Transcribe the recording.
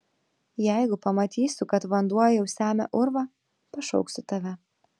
jeigu pamatysiu kad vanduo jau semia urvą pašauksiu tave